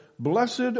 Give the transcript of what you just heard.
Blessed